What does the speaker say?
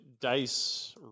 dice